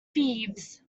thieves